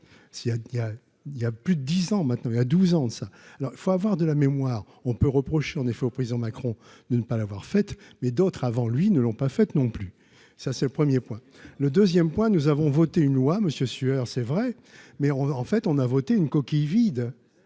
il y a plus de 10 ans maintenant, il y a 12 ans de ça, alors il faut avoir de la mémoire, on peut reprocher en effet au président Macron de ne pas l'avoir fait, mais d'autres avant lui ne l'ont pas fait non plus. ça, c'est le 1er point le 2ème point, nous avons voté une loi monsieur sueur c'est vrai mais on en fait, on a voté une coquille vide,